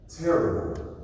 terrible